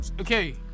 Okay